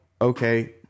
okay